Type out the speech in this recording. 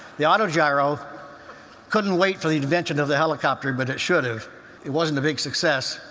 the auto-gyro couldn't wait for the invention of the helicopter, but it should have it wasn't a big success.